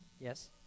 Yes